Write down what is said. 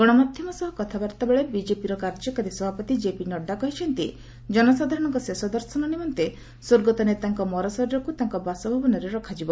ଗଣମାଧ୍ୟମ ସହ କଥାବାର୍ତ୍ତାବେଳେ ବିଜେପିର କାର୍ଯ୍ୟକାରୀ ସଭାପତି ଜେପି ନଡ୍ଜା କହିଛନ୍ତି ଜନସାଧାରଣଙ୍କ ଶେଷଦର୍ଶନ ନିମନ୍ତେ ସ୍ୱର୍ଗତ ନେତାଙ୍କ ମରଶରୀରକୁ ତାଙ୍କ ବାସଭବନରେ ରଖାଯିବ